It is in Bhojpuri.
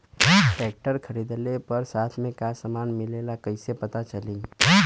ट्रैक्टर खरीदले पर साथ में का समान मिलेला कईसे पता चली?